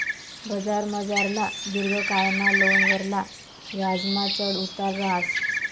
बजारमझारला दिर्घकायना लोनवरला याजमा चढ उतार रहास